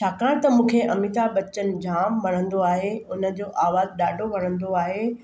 छाकाणि त मूंखे अमिताभ बच्चन जाम वणंदो आहे उन जो आवाज़ु ॾाढो वणंदो आहे